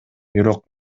бирок